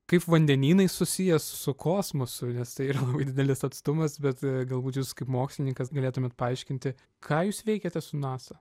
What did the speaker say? kaip vandenynai susijęs su kosmosu nes tai yra labai didelis atstumas bet galbūt jūs kaip mokslininkas galėtumėt paaiškinti ką jūs veikiate su nasa